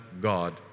God